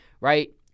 right